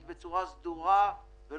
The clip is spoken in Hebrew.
אני חושב שגם מבחינת התזמון אין הדבר ראוי, זה לא